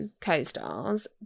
co-stars